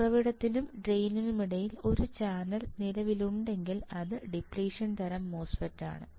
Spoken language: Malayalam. ഉറവിടത്തിനും ഡ്രെയിനിനുമിടയിൽ ഒരു ചാനൽ നിലവിലുണ്ടെങ്കിൽ അത് ഒരു ഡിപ്ലിഷൻ തരം MOSFET ആണ്